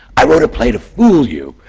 i wrote a play to fool you,